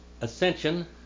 ascension